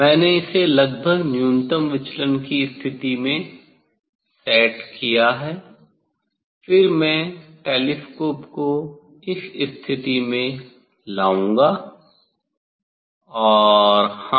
मैंने इसे लगभग न्यूनतम विचलन की स्थिति में सेट किया फिर मैं टेलीस्कोप को इस स्थिति में लाऊंगा और हाँ